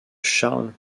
charles